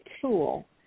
tool